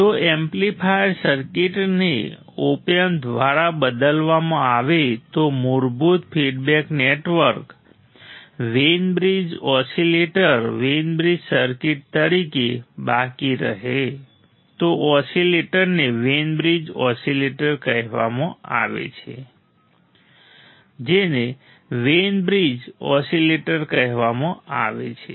જો એમ્પ્લીફાયર સર્કિટને op amp દ્વારા બદલવામાં આવે તો મૂળભૂત feedback network Wien bridge oscillator Wien bridge circuit તરીકે બાકી રહે તો ઓસિલેટરને વેઈન બ્રિજ ઓસિલેટર કહેવામાં આવે છે જેને વેઈન બ્રિજ ઓસિલેટર કહેવામાં આવે છે